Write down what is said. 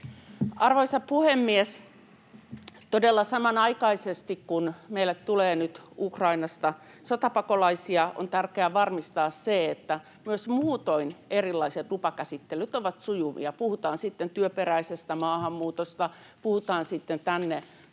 Arvoisa puhemies! Todella, samanaikaisesti kun meille tulee nyt Ukrainasta sotapakolaisia, on tärkeää varmistaa se, että myös muutoin erilaiset lupakäsittelyt ovat sujuvia, puhutaan sitten työperäisestä maahanmuutosta, puhutaan sitten tänne